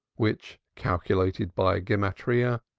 which, calculated by gematriyah,